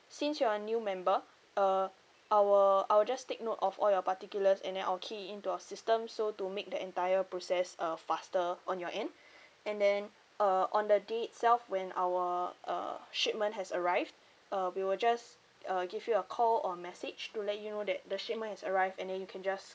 since you're a new member uh I will I will just take note of all your particulars and then I will key in to our system so to make the entire process uh faster on your end and then uh on the day itself when our uh shipment has arrived uh we will just uh give you a call or message to let you know that the shipment has arrived and you can just